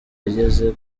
yageze